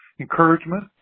encouragement